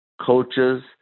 coaches